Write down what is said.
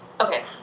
Okay